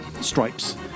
stripes